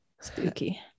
spooky